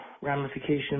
ramifications